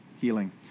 healing